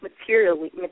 materially